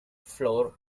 flour